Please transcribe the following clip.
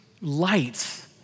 light